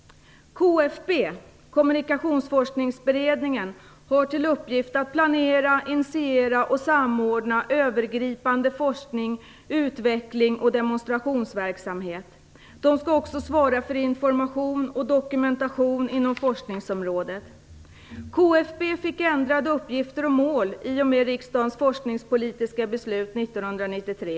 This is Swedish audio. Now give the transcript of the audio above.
KFB, Kommunikationsforskningsberedningen har till uppgift att planera, initiera och samordna övergripande forskning, utveckling och demonstrationsverksamhet. Den skall också svara för information och dokumentation inom forskningsområdet. KFB fick ändrade uppgifter och mål i och med riksdagens forskningspolitiska beslut 1993.